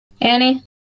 Annie